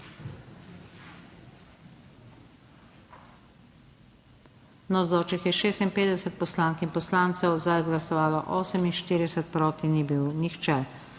za je glasovalo 49, proti ni bil nihče.